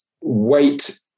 Weight